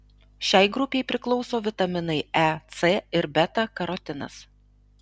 šiai grupei priklauso vitaminai e c ir beta karotinas